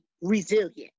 resilient